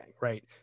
right